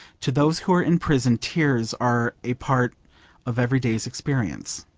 to those who are in prison tears are a part of every day's experience.